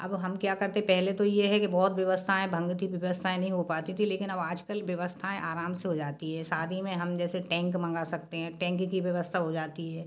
अब हम क्या करते पहले तो ये है कि बहुत व्यवस्थाएं भंग थी व्ययस्थाएं नहीं हो पाती थी लेकिन अब आज कल व्यवस्थाएं आराम से हो जाती है शादी में हम जैसे टैंक मँगा सकते हैं टैंक की व्यवस्था हो जाती है